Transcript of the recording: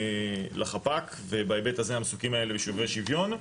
לחפ"ק ובהיבט הזה המסוקים האלה הם שוברי שוויון,